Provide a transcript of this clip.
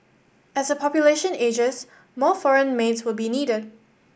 as the population ages more foreign maids will be needed